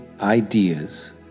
ideas